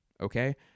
okay